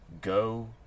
Go